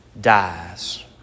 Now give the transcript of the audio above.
dies